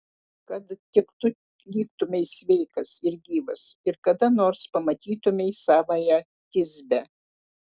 kad tik tu liktumei sveikas ir gyvas ir kada nors pamatytumei savąją tisbę